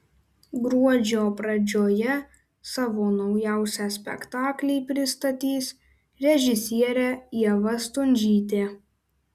gruodžio pradžioje savo naujausią spektaklį pristatys režisierė ieva stundžytė